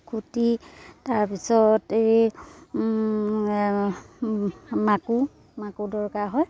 খুঁটি তাৰপিছত এই মাকো মাকো দৰকাৰ হয়